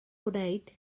gwneud